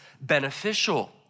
beneficial